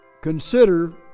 consider